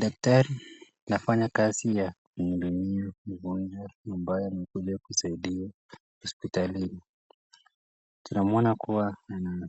Daktari anafanya kazi ya kumdunga mgonjwa mbaya amekuja kusaidiwa hospitalini. Tunamuona kuwa ana